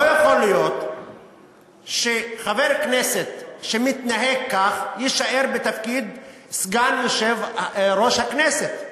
לא יכול להיות שחבר כנסת שמתנהג כך יישאר בתפקיד סגן יושב-ראש הכנסת.